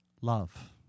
Love